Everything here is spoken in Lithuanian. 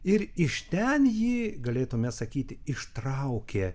ir iš ten jį galėtume sakyti ištraukė